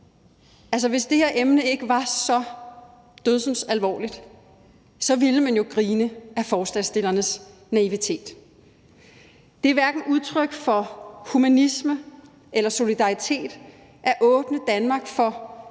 hvis det her emne ikke var så dødsens alvorligt, så ville man jo grine ad forslagsstillernes naivitet. Det er hverken udtryk for humanisme eller solidaritet at åbne Danmark for tusindvis